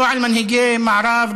לא על מנהיגי המערב,